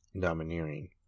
domineering